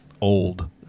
Old